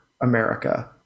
America